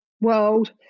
world